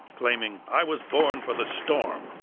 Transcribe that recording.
claiming, i was born for the storm.